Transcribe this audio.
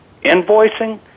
invoicing